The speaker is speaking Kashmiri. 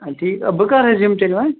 آ ٹھیٖک بہٕ کَر حظ یِمہٕ تیٚلہِ وۅنۍ